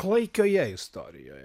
klaikioje istorijoje